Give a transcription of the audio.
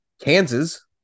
Kansas